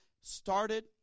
started